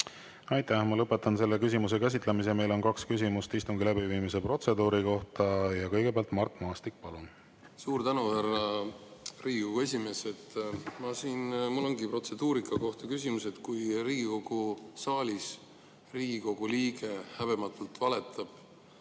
Aitäh! Ma lõpetan selle küsimuse käsitlemise. Meil on kaks küsimust istungi läbiviimise protseduuri kohta. Kõigepealt, Mart Maastik, palun! Suur tänu, härra Riigikogu esimees! Mul ongi protseduurika kohta küsimus. Kui Riigikogu saalis Riigikogu liige häbematult valetab,